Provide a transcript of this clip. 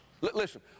Listen